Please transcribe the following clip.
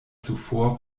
zuvor